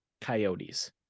Coyotes